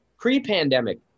pre-pandemic